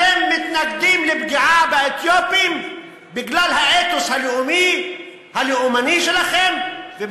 אתם מתנגדים לפגיעה באתיופים בגלל האתוס הלאומי-הלאומני שלכם,